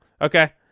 okay